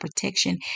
protection